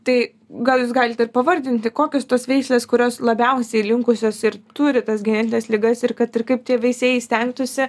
tai gal jūs galite pavardinti kokius tos veislės kurios labiausiai linkusios ir turi tas genetines ligas ir kad ir kaip tie veisėjai stengtųsi